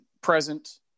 present